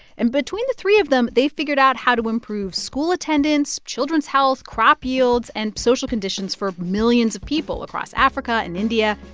and between the three of them, they figured out how to improve school attendance, children's health, crop yields and social conditions for millions of people across africa and india.